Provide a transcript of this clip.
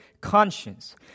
conscience